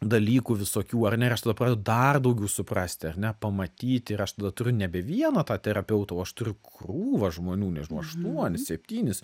dalykų visokių ar ne ir aš tada pradedu dar daugiau suprasti ar ne pamatyti ir aš tada turiu nebe vieną tą terapeutą o aš turiu krūvą žmonių nežinau aštuonis septynis